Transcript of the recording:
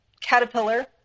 caterpillar